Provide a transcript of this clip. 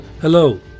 Hello